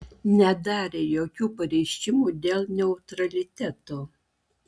nedarė jokių pareiškimų dėl neutraliteto